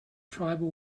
tribal